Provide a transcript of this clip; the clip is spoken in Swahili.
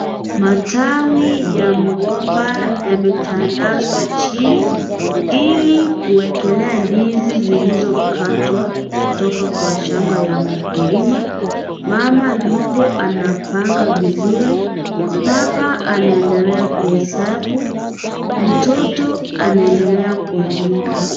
Matawi ya mgomba yametandazwa chini ili kuwekelea ndizi zilizokatwa kutoka kwa shamba ya mkulima. Mama yupo anapanga vizuri. Baba anaendelea kuhesabu. Mtoto anaendelea kuandika.